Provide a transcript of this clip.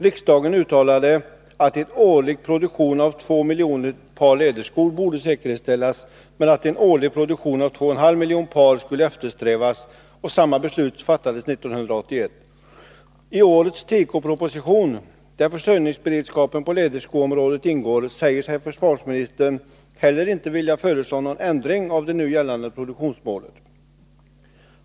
Riksdagen uttalade att en årlig produktion av 2,0 miljoner par läderskor borde säkerställas men att en årlig produktion av 2,5 miljoner par skulle eftersträvas. Samma beslut fattades 1981. I årets tekoproposition, där försörjningsberedskapen på läderskoområdet ingår, säger sig försvarsministern heller inte vilja föreslå någon ändring av det nu gällande produktionsmålet.